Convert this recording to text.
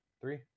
three